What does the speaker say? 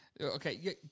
Okay